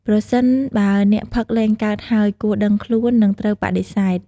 ប្រសិនបើអ្នកផឹកលែងកើតហើយ គួរដឹងខ្លួន និងត្រូវបដិសេធ។